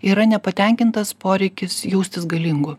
yra nepatenkintas poreikis jaustis galingu